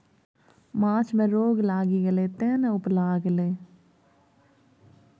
माछ मे रोग लागि गेलै तें ने उपला गेलै